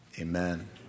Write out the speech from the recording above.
amen